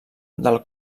del